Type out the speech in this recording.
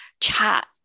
chat